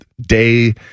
Day